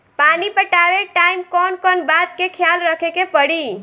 पानी पटावे टाइम कौन कौन बात के ख्याल रखे के पड़ी?